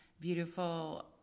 beautiful